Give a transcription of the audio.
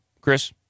Chris